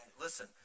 listen